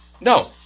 No